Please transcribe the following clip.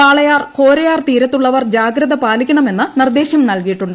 വാളയാർ കോരയാർ തീരത്തുള്ളവർ ജാഗ്രത പാലിക്കണമെന്ന് നിർദ്ദേശം നൽകിയിട്ടുണ്ട്